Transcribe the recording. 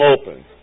open